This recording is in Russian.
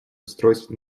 устройств